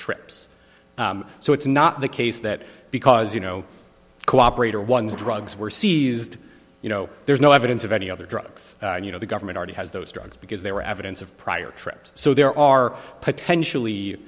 trips so it's not the case that because you know cooperate or ones drugs were seized you know there's no evidence of any other drugs and you know the government already has those drugs because they were evidence of prior trips so there are potentially